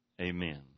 Amen